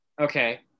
Okay